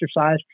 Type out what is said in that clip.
exercise